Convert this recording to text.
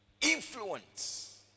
Influence